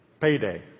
payday